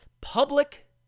public